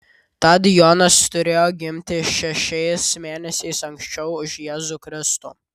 tad jonas turėjo gimti šešiais mėnesiais anksčiau už jėzų kristų